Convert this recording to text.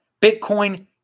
Bitcoin